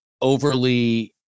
overly